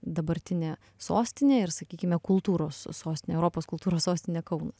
dabartinė sostinė ir sakykime kultūros sostinė europos kultūros sostinė kaunas